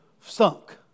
sunk